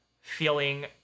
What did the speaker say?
feeling